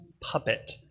puppet